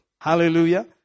Hallelujah